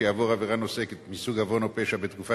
שיעבור עבירה נוספת מסוג עוון או פשע בתקופה